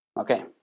Okay